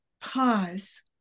pause